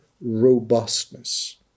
robustness